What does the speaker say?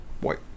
White